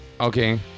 Okay